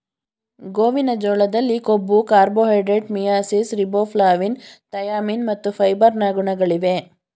ಗೋವಿನ ಜೋಳದಲ್ಲಿ ಕೊಬ್ಬು, ಕಾರ್ಬೋಹೈಡ್ರೇಟ್ಸ್, ಮಿಯಾಸಿಸ್, ರಿಬೋಫ್ಲಾವಿನ್, ಥಯಾಮಿನ್ ಮತ್ತು ಫೈಬರ್ ನ ಗುಣಗಳಿವೆ